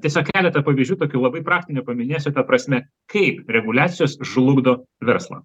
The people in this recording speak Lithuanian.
tiesiog keletą pavyzdžių tokių labai praktinių paminėsiu ta prasme kaip reguliacijos žlugdo verslą